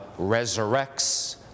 resurrects